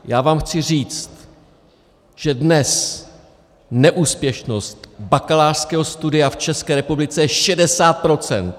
Já vám chci říct, že dnes neúspěšnost bakalářského studia v České republice je 60 procent!